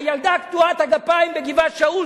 הילדה קטועת הגפיים בגבעת-שאול,